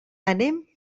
anem